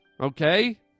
okay